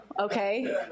okay